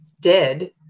dead